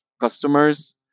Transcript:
customers